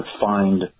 find